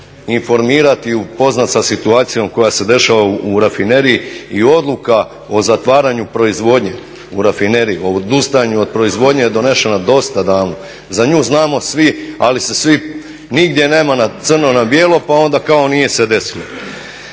informirati i upoznati sa situacijom koja se dešava u rafineriji i odluka o zatvaranju proizvodnje u rafineriji, o odustajanju od proizvodnje je donesena dosta davno. Za nju znamo svi ali se svi, nigdje nema crno na bijelo pa onda kao nije se desilo.